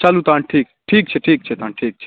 चलू तहन ठीक छै ठीक छै ठीक छै तहन ठीक छै